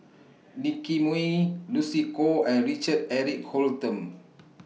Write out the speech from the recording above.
Nicky Moey Lucy Koh and Richard Eric Holttum